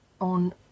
on